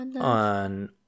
on